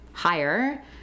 higher